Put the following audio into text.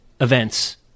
Events